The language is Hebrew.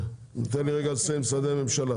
תן לי רגע לסיים עם משרדי הממשלה.